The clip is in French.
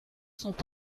sont